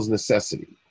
necessity